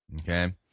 Okay